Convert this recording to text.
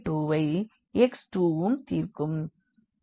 A வை x 2 உம் தீர்க்கும்